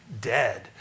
dead